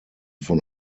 von